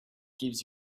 gives